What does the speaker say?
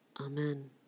Amen